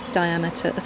diameter